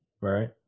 Right